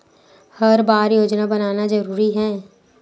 हर बार योजना बनाना जरूरी है?